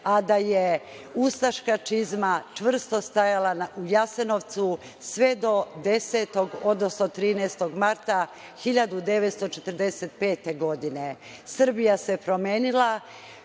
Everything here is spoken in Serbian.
a da je ustaška čizma čvrsto stajala u „Jasenovcu“ sve do 13. marta 1945. godine. Srbija se promenila